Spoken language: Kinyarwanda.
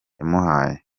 yamuhaye